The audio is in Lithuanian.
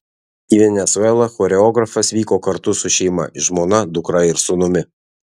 į venesuelą choreografas vyko kartu su šeima žmona dukra ir sūnumi